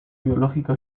biológico